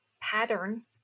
pattern